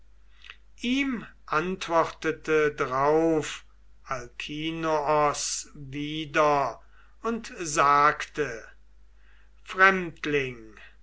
ihm antwortete drauf alkinoos wieder und sagte